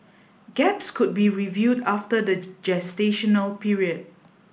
gaps could be reviewed after the gestational period